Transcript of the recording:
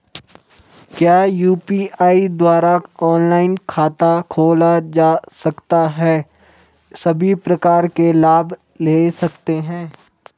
क्या यु.पी.आई द्वारा ऑनलाइन खाता खोला जा सकता है सभी प्रकार के लाभ ले सकते हैं?